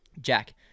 Jack